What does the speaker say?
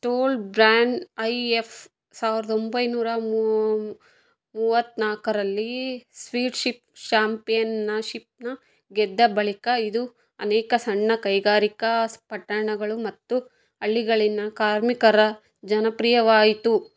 toll ಬ್ರ್ಯಾಂಡ್ I F ಸಾವಿರದ ಒಂಬೈನೂರ ಮೂವತ್ತ್ನಾಲ್ಕರಲ್ಲಿ ಸ್ವೀಡ್ಶಿಪ್ ಚಾಂಪಿಯನ್ನ ಶಿಪ್ಪನ್ನ ಗೆದ್ದ ಬಳಿಕ ಇದು ಅನೇಕ ಸಣ್ಣ ಕೈಗಾರಿಕಾ ಪಟ್ಟಣಗಳು ಮತ್ತು ಹಳ್ಳಿಗಳಿನ ಕಾರ್ಮಿಕರ ಜನಪ್ರಿಯವಾಯಿತು